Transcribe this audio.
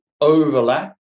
overlap